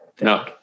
No